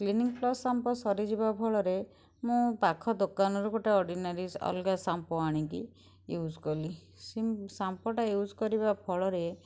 clinic plus shampoo ସରିଯିବା ଫଳରେ ମୁଁ ପାଖ ଦୋକାନରୁ ଗୋଟେ ଅଡ଼ିନାରୀ ଅଲଗା ସାମ୍ଫୋ ଆଣିକି ୟୁଜ୍ କଲି ସି ସାମ୍ଫୋଟା ୟୁଜ୍ କରିବା ଫଳରେ